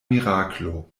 miraklo